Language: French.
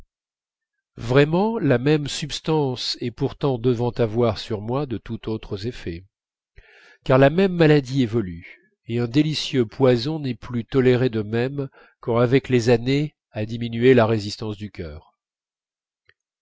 vraiment la même substance et pourtant devant avoir sur moi de tout autres effets car la même maladie évolue et un délicieux poison n'est plus toléré de même quand avec les années a diminué la résistance du cœur